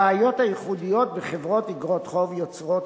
הבעיות הייחודיות בחברות איגרות חוב יוצרות,